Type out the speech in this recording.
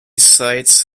sites